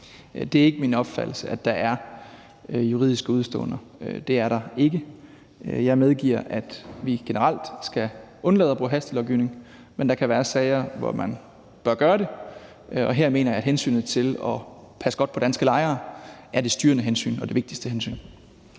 Det er ikke min opfattelse, at der er juridiske udeståender. Det er der ikke. Jeg medgiver, at vi generelt skal undlade at bruge hastelovgivning, men der kan være sager, hvor man bør gøre det, og her mener jeg, at hensynet til at passe godt på danske lejere er det styrende hensyn og det vigtigste hensyn.